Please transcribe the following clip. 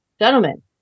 gentlemen